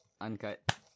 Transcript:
uncut